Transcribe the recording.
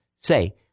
say